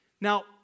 Now